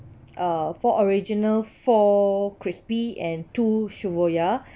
uh four original four crispy and two